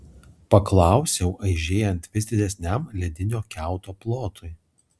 paklausiau aižėjant vis didesniam ledinio kiauto plotui